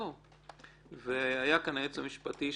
היה כאן היועץ המשפטי,